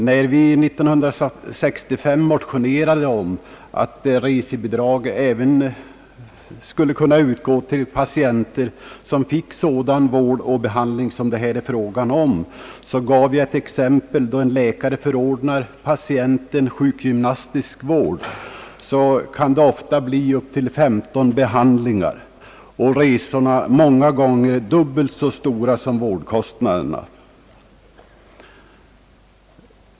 När vi 1963 motionerade om att resebidrag även skulle kunna utgå till patient som fick sådan vård och behandling som det här är fråga om gav jag ett exempel då en läkare förordnar sjukgymnastisk vård åt en patient. Det kan ofta bii upp till 15 behandlingar, och resorna är många gånger dubbelt så dyra som vårdkostnaderna.